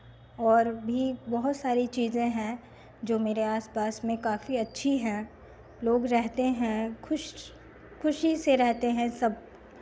और भी बहुत सारी चीज़ें है जो मेरे आसपास में काफी अच्छी हैं लोग रहते हैं खुश खुशी से रहते हैं सब